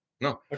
No